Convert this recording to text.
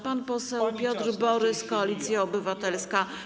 Pan poseł Piotr Borys, Koalicja Obywatelska.